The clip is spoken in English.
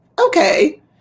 okay